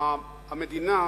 המדינה,